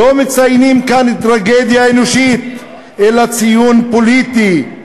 לא מציינים כאן טרגדיה אנושית, אלא ציון פוליטי,